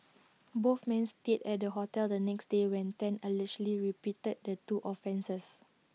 both men stayed at the hotel the next day when Tan allegedly repeated the two offences